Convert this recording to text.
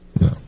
No